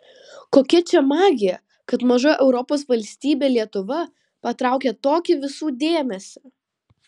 kokia čia magija kad maža europos valstybė lietuva patraukia tokį visų dėmesį